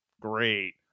Great